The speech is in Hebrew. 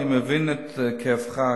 אני מבין את כאבך,